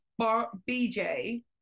BJ